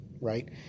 right